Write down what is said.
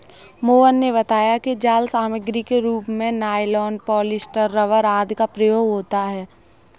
मोहन ने बताया कि जाल सामग्री के रूप में नाइलॉन, पॉलीस्टर, रबर आदि का प्रयोग होता है